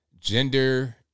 Gender